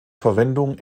verwendung